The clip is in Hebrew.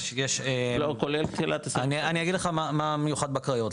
לא כולל תחילת 22. אני אגיד לך מה מיוחד בקריות,